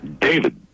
David